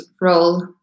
role